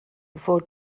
fod